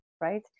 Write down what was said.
Right